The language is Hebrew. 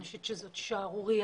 אני חושבת שזאת שערורייה,